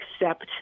accept